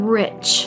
rich